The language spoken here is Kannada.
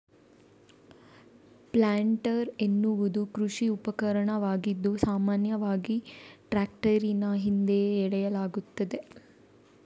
ಪ್ಲಾಂಟರ್ ಎನ್ನುವುದು ಕೃಷಿ ಉಪಕರಣವಾಗಿದ್ದು, ಸಾಮಾನ್ಯವಾಗಿ ಟ್ರಾಕ್ಟರಿನ ಹಿಂದೆ ಎಳೆಯಲಾಗುತ್ತದೆ